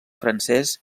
francès